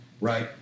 right